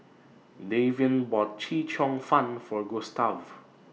Davion bought Chee Cheong Fun For Gustav